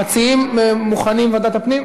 המציעים מוכנים לוועדת הפנים?